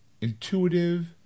Intuitive